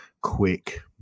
quick